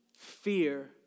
fear